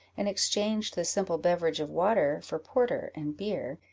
and exchanged the simple beverage of water for porter and beer,